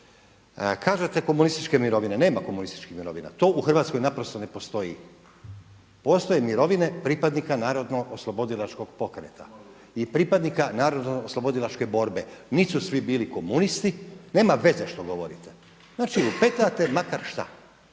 Kažete komunističke mirovine, nema komunističkih mirovina, to u Hrvatskoj naprosto ne postoji, postoje mirovine pripadnika narodno oslobodilačkog pokreta i pripadnika narodno oslobodilačke borbe, niti su svi bili komunisti, nema veze što govorite, znači lupetate makar šta.